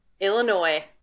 Illinois